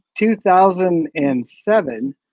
2007